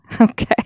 Okay